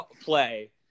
play